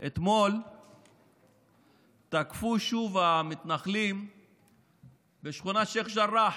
אתמול תקפו המתנחלים שוב בשכונת שייח' ג'ראח.